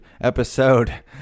episode